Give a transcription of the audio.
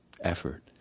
effort